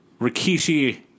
Rikishi